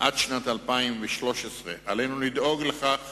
עד שנת 2013. עלינו לדאוג לכך